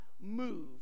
move